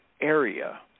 area